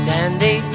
Dandy